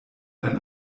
ein